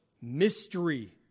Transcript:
Mystery